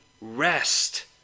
rest